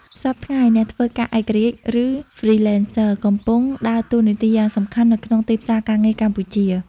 សព្វថ្ងៃ អ្នកធ្វើការឯករាជ្យ ឬ Freelancers កំពុងដើរតួនាទីយ៉ាងសំខាន់នៅក្នុងទីផ្សារការងារកម្ពុជា។